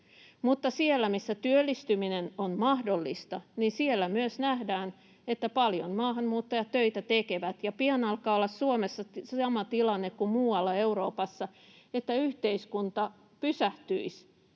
Mutta siellä, missä työllistyminen on mahdollista, myös nähdään, että paljon maahanmuuttajat töitä tekevät, ja pian alkaa olla Suomessa se sama tilanne kuin muualla Euroopassa, että yhteiskunta pysähtyisi